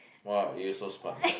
!wah! you so smart